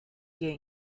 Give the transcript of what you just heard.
gain